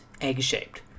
egg-shaped